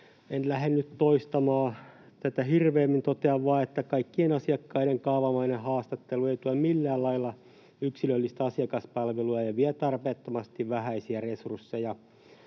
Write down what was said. En lähde nyt toistamaan tätä hirveämmin. Totean vain, että kaikkien asiakkaiden kaavamainen haastattelu ei tue millään lailla yksilöllistä asiakaspalvelua ja vie tarpeettomasti vähäisiä resursseja.